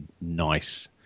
nice